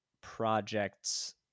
projects